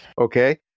Okay